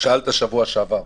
שאלת בשבוע שעבר,